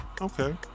Okay